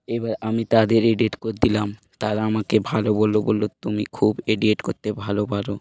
এবার আমি তাদের এডিট করে দিলাম তারা আমাকে ভালো বললো বললো তুমি খুব এডিট করতে ভালো পারো